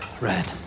red